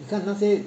看那些